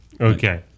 Okay